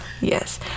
Yes